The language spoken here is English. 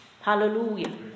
Hallelujah